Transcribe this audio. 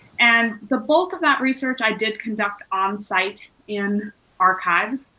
and the bulk of that research i did conduct on site in archives,